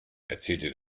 erzählte